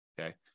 Okay